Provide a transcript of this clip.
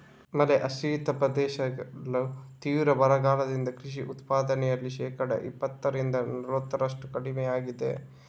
ಮಳೆ ಆಶ್ರಿತ ಪ್ರದೇಶಗಳು ತೀವ್ರ ಬರಗಾಲದಿಂದ ಕೃಷಿ ಉತ್ಪಾದನೆಯಲ್ಲಿ ಶೇಕಡಾ ಇಪ್ಪತ್ತರಿಂದ ನಲವತ್ತರಷ್ಟು ಕಡಿಮೆಯಾಗಿದೆ